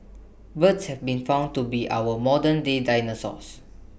birds have been found to be our modern day dinosaurs